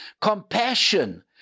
Compassion